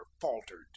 faltered